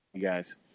guys